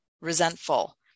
resentful